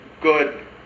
good